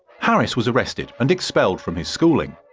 harris was arrested and expelled from his schooling,